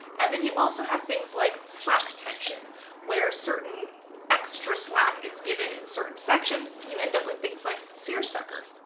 and then you also have things like slack tension where certain extra slack is given in certain sections, and you end up with things like seersucker.